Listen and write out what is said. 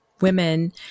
women